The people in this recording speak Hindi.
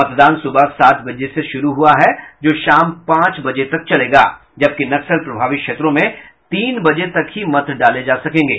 मतदान सुबह सात बजे से शुरू हुआ है जो शाम पांच बजे तक चलेगा जबकि नक्सल प्रभावित क्षेत्रों में तीन बजे तक ही मत डाले जा सकेंगे